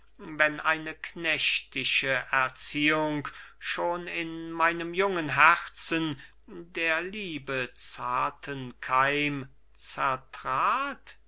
wenn eine knechtische erziehung schon in meinem jungen herzen der liebe zarten keim